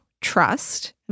trust